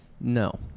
No